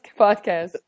podcast